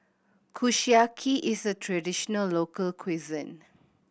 kushiyaki is a traditional local cuisine